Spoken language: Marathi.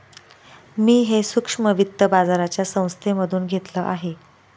मी हे सूक्ष्म वित्त बाजाराच्या संस्थेमधून घेतलं आहे